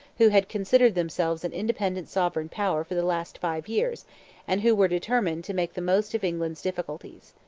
who had considered themselves an independent sovereign power for the last five years and who were determined to make the most of england's difficulties.